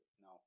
no